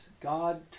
God